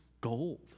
gold